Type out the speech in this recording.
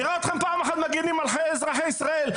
נראה אתכם פעם אחת מגנים על חיי אזרחי ישראל.